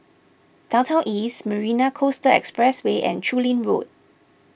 Downtown East Marina Coastal Expressway and Chu Lin Road